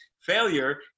Failure